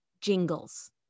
jingles